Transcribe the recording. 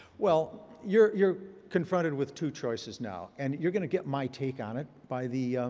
well, you're you're confronted with two choices now. and you're going to get my take on it by the,